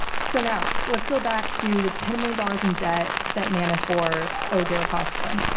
so now, let's go back to the ten million dollars in debt that manafort owed deripaska.